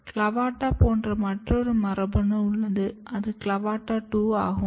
CLAVATA போல் மற்றொரு மரபணு உள்ளது அது CLAVATA 2 ஆகும்